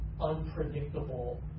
unpredictable